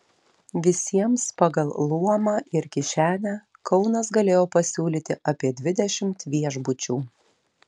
visiems pagal luomą ir kišenę kaunas galėjo pasiūlyti apie dvidešimt viešbučių